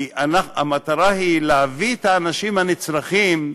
כי המטרה היא להביא את האנשים הנצרכים,